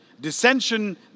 dissension